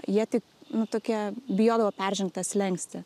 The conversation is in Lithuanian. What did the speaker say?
jie tik nu tokie bijodavo peržengt tą slenkstį